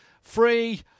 free